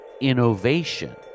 innovation